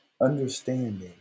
understanding